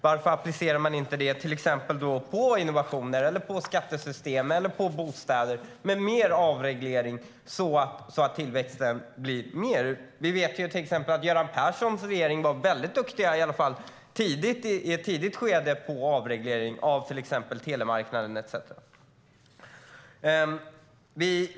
Varför applicerar man det inte på till exempel innovationer, skattesystem eller bostäder? Med mer avreglering skulle tillväxten bli större. Göran Perssons regering var väldigt duktig på avreglering, åtminstone i ett tidigt skede, då det gällde telemarknaden etcetera.